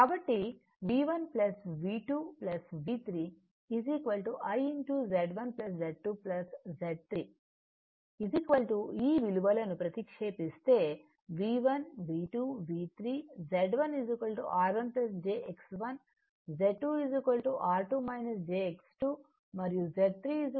కాబట్టి V1 V2 V3 I Z1 Z2 Z 3 ఈ విలువలనుప్రతిక్షేపిస్తే V1 V2 V3 Z1 R1 jX1 Z2 R2 jX2 మరియు Z 3 R3